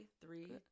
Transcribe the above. Three